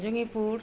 Jangipur